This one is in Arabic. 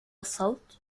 الصوت